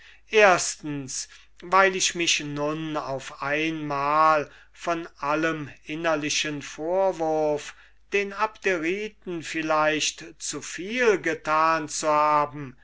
erstens weil ich mich nun auf einmal von allem innerlichen vorwurf den abderiten vielleicht zuviel getan zu haben